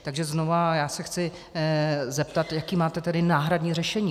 Takže znova, já se chci zeptat, jaké máte tedy náhradní řešení.